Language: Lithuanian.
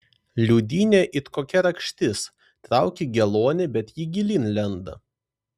liūdynė it kokia rakštis trauki geluonį bet ji gilyn lenda